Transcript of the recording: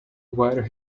wire